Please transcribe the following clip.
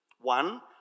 One